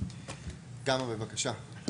גמא בבקשה.